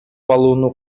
алууну